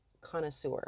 connoisseur